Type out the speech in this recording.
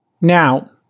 Now